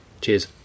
Cheers